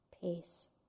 peace